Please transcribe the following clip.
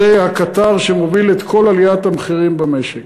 זה הקטר שמוביל את כל עליית המחירים במשק.